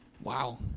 Wow